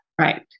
right